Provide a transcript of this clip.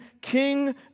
King